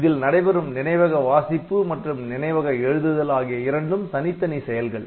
இதில் நடைபெறும் நினைவக வாசிப்பு மற்றும் நினைவக எழுதுதல் ஆகிய இரண்டும் தனித்தனி செயல்கள்